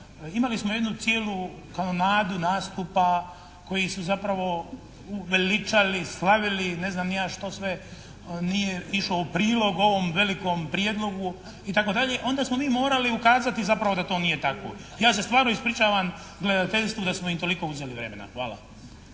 imali smo jednu cijelu nadu nastupa koji su zapravo uveličali, slavili ne znam ni ja što sve nije išlo u prilog ovom velikom prijedlogu itd. Onda smo mi morali ukazati da to nije zapravo tako. Ja se stvarno ispričavam gledateljstvu da smo im toliko uzeli vremena. Hvala.